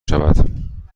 شود